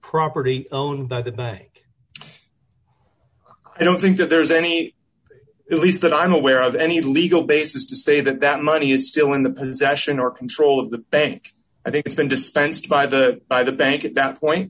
property owned by the bank i don't think that there's any belief that i'm aware of any legal basis to say that that money is still in the possession or control of the bank i think it's been dispensed by the by the bank at that point